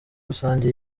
rusange